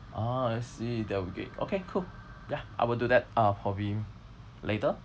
oh I see that would be great okay cool ya I will do that uh probably later